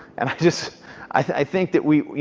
and i just. i think that we.